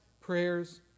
prayers